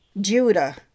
Judah